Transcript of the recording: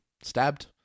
stabbed